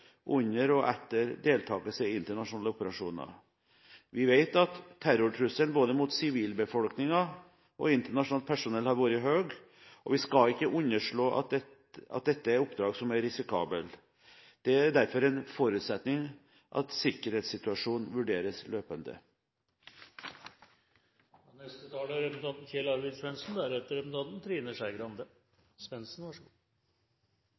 under og etter deltakelse i internasjonale operasjoner. Vi vet at terrortrusselen mot både sivilbefolkningen og internasjonalt personell har vært høy. Vi skal ikke underslå at dette er oppdrag som er risikable. Det er derfor en forutsetning at sikkerhetssituasjonen vurderes løpende. På vegne av Kristelig Folkeparti vil også jeg takke de tre statsrådene for en grundig og god